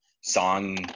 song